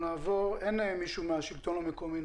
יש מישהו מהשלטון המקומי?